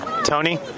Tony